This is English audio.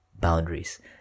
Boundaries